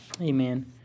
Amen